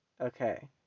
Okay